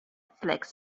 flex